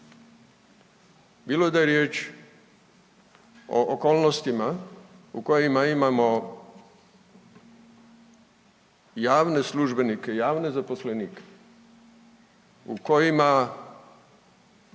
bilo da je riječ o okolnostima u kojima imao javne službenike i javne zaposlenike, u kojima